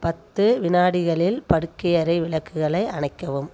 பத்து வினாடிகளில் படுக்கை அறை விளக்குகளை அணைக்கவும்